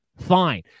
fine